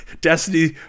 Destiny